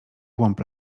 głąb